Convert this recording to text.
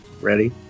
ready